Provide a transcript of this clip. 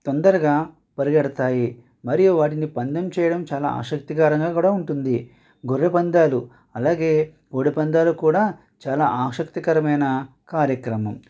తొందరగా పరిగెడతాయి మరియు వాటిని పందెం చేయడం చాలా ఆసక్తికరంగా కూడా ఉంటుంది గొర్రె పందాలు అలాగే కోడిపందాలు కూడా చాలా ఆసక్తికరమైన కార్యక్రమం